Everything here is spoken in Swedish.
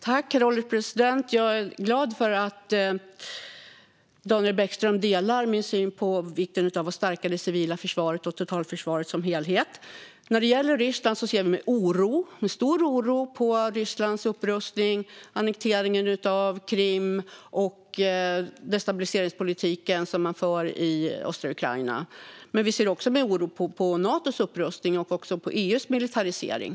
Herr ålderspresident! Jag är glad över att Daniel Bäckström delar min syn när det gäller vikten av att stärka det civila försvaret och totalförsvaret som helhet. När det gäller Ryssland ser vi med stor oro på landets upprustning, annekteringen av Krim och den destabiliseringspolitik man för i östra Ukraina. Men vi ser också med oro på Natos upprustning och även på EU:s militarisering.